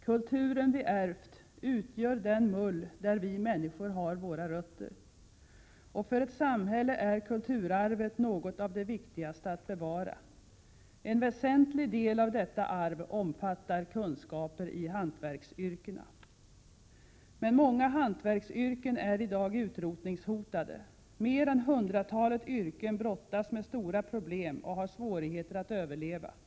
Kulturen vi ärvt utgör den mull där vi människor har våra rötter. Och för ett samhälle är kulturarvet något av det viktigaste att bevara. En väsentlig del av detta arv omfattar kunskaper i hantverksyrkena. Men många hantverksyrken är i dag utrotningshotade. Mer än hundratalet yrken brottas med stora problem och har svårigheter att överleva. Prot.